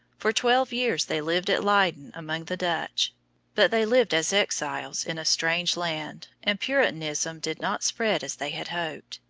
for twelve years they lived at leyden among the dutch but they lived as exiles in a strange land, and puritanism did not spread as they had hoped.